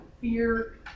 fear